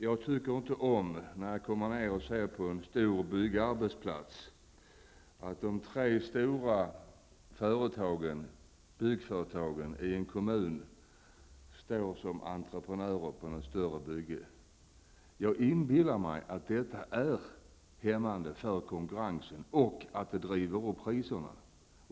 Jag tycker inte om att se på en stor byggarbetsplats att de tre stora byggföretagen i en kommun tillsammans står som entreprenörer. Jag inbillar mig att detta är hämmande för konkurrensen och att det driver upp priserna.